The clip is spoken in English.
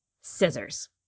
Scissors